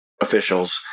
officials